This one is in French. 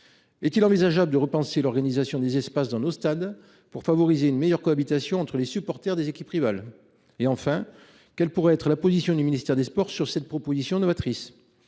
Est il envisageable de repenser l’organisation des espaces dans nos stades pour favoriser une meilleure cohabitation entre les supporters des équipes rivales ? Enfin, quelle pourrait être la position du ministère des sports sur cette proposition novatrice ?